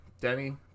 denny